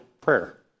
Prayer